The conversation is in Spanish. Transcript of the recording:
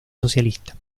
socialista